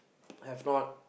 have not